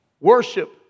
Worship